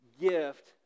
gift